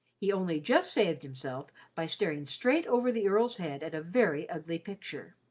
he only just saved himself by staring straight over the earl's head at a very ugly picture.